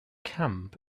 camp